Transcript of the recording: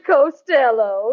Costello